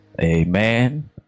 Amen